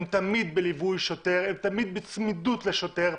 הם תמיד בליווי שוטר, הם תמיד בצמידות לשוטר.